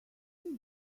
see